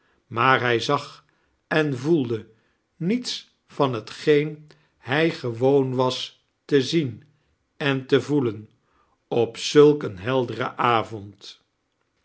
maar hij zag en voelde niets van lietgeen hij gewoon was te zien en te voelen op zulk een helderen avond